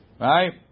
Right